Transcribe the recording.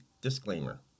disclaimer